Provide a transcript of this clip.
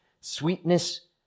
sweetness